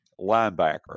linebacker